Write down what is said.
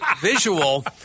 visual